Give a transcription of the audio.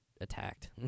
attacked